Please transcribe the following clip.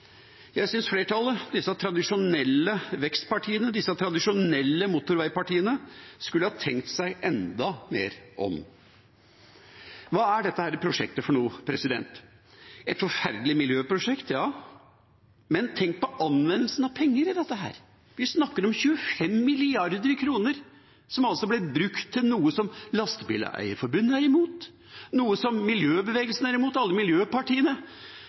Jeg synes flertallet, disse tradisjonelle vekstpartiene, disse tradisjonelle motorveipartiene, skulle ha tenkt seg enda mer om. Hva er dette prosjektet? Et forferdelig miljøprosjekt, ja, men tenk på anvendelsen av penger i dette. Vi snakker om 25 mrd. kr som blir brukt til noe som Lastebileierforbundet er imot, som miljøbevegelsen og alle miljøpartiene